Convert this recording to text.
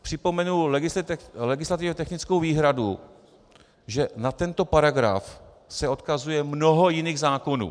Připomenu legislativně technickou výhradu, že na tento paragraf se odkazuje mnoho jiných zákonů.